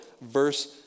verse